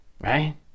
right